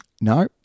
No